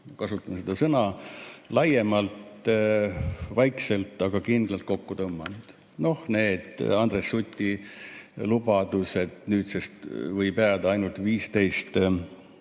kasutan seda sõna – laiemalt, vaikselt, aga kindlalt kokku tõmmatud. Need Andres Suti lubadused, et nüüdsest võib jääda ainult 15